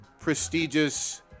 prestigious